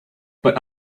but